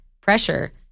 pressure